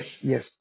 yes